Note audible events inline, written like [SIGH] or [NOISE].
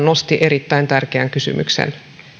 [UNINTELLIGIBLE] nosti erittäin tärkeän kysymyksen